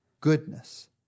goodness